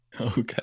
Okay